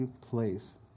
place